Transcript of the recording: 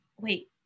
wait